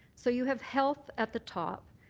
so you have health at the top.